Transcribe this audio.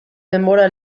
denbora